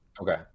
okay